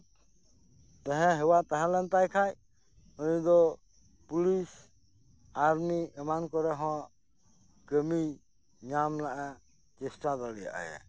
ᱫᱟᱹᱲ ᱡᱷᱟᱯ ᱛᱟᱦᱮᱸ ᱦᱮᱣᱟ ᱛᱟᱦᱮᱸᱞᱮᱱ ᱛᱟᱭ ᱠᱷᱟᱡ ᱩᱱᱤ ᱫᱚ ᱯᱩᱞᱤᱥ ᱟᱨᱢᱤ ᱮᱢᱟᱱ ᱠᱚᱨᱮ ᱦᱚᱸ ᱠᱟᱹᱢᱤᱭ ᱧᱟᱢ ᱨᱮᱱᱟᱜ ᱪᱮᱥᱴᱟ ᱫᱟᱲᱮᱭᱟᱜᱼᱟᱭᱮ